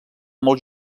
molt